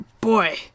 boy